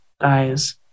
guys